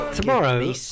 Tomorrow